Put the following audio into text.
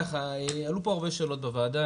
עלו פה הרבה שאלות בוועדה,